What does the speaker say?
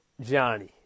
Johnny